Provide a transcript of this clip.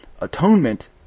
atonement